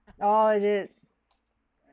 oh is it